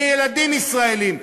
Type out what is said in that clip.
מילדים ישראלים,